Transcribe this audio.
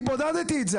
אני בודדתי את זה.